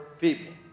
people